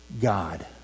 God